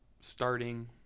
starting